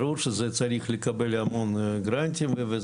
ברור שזה צריך לקבל המון גרנטים.